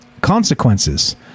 Consequences